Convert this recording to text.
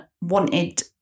wanted